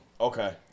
Okay